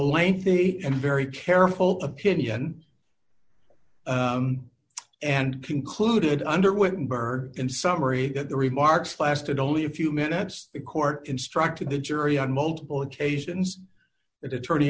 lengthy and very careful opinion and concluded under wittenberg in summary that the remarks lasted only a few minutes the court instructed the jury on multiple occasions that attorney